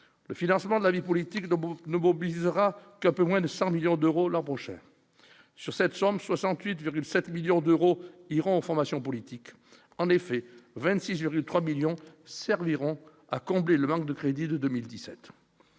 le financement de la vie politique de debout ne mobilisera qu'un peu moins de 100 millions d'euros l'an prochain, sur cette somme 68,7 millions d'euros iront formation politique en effet 26 virgule 3 millions serviront à combler le manque de crédit de 2017